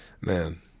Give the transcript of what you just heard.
man